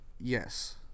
yes